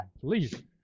please